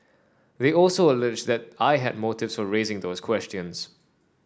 they also alleged that I had motives for raising those questions